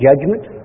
judgment